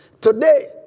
Today